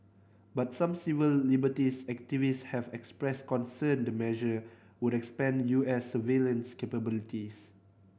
but some civil liberties activists have expressed concern the measure would expand U S surveillance capabilities